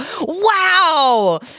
wow